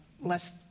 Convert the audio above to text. less